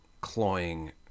cloying